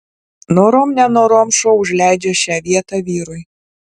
norom nenorom šuo užleidžia šią vietą vyrui